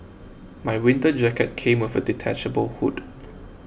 my winter jacket came with a detachable hood